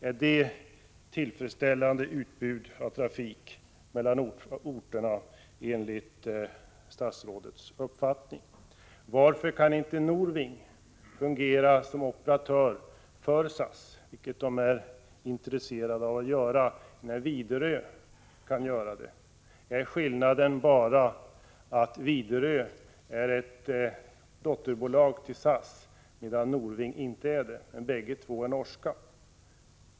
Är det ett tillfredsställande utbud av trafik mellan orterna enligt statsrådets uppfattning? Varför kan inte Norwing fungera som operatör för SAS, vilket de är intresserade av att göra, när Viderö kan göra det? Är skillnaden bara den att Viderö är ett dotterbolag till SAS, medan Norwing inte är det? Båda företagen är norska.